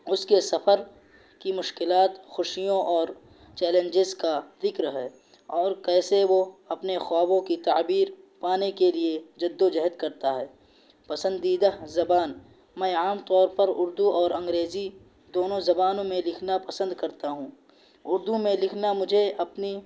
اس کے سفر کی مشکلات خوشیوں اور چیلنجز کا ذکر ہے اور کیسے وہ اپنے خوابوں کی تعبیر پانے کے لیے جد و جہد کرتا ہے پسندیدہ زبان میں عام طور پر اردو اور انگریزی دونوں زبانوں میں لکھنا پسند کرتا ہوں اردو میں لکھنا مجھے اپنی